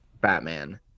batman